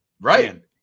Right